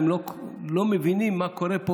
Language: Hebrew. הם לא מבינים מה קורה פה